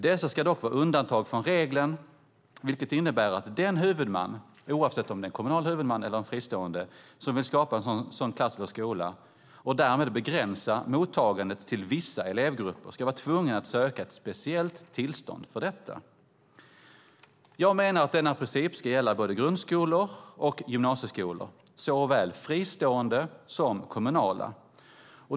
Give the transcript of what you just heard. Dessa ska dock vara undantag från regeln, vilket innebär att den huvudman, oavsett om det är en kommunal huvudman eller en fristående, som vill skapa en sådan klass eller skola och därmed begränsa mottagandet till vissa elevgrupper ska vara tvungen att söka ett speciellt tillstånd för detta. Jag menar att denna princip ska gälla både grundskolor och gymnasieskolor, såväl fristående som kommunala.